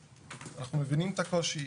אנחנו מבינים את הקושי,